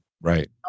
Right